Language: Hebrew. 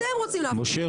אתם רוצים -- משה,